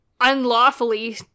unlawfully